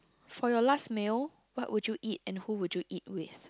for your last meal what would you eat and who would you eat with